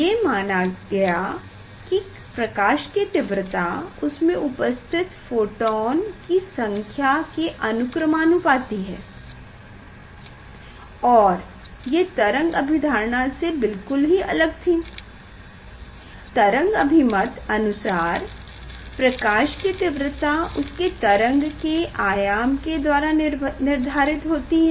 ये माना गया कि प्रकाश की तीव्रता उसमे उपस्थित फोटोन की संख्या के अनुक्रमानुपाती है और ये तरंग अभिधारणा से बिल्कुल ही अलग थी तरंग अभिमत अनुसार प्रकाश कि तीव्रता उसके तरंग के आयाम के द्वारा निर्धारित होती है